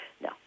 no